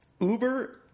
Uber